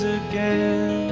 again